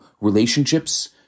relationships